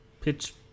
pitch